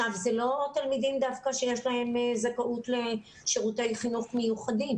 זה לא תלמידים דווקא שיש להם זכאות לשירותי חינוך מיוחדים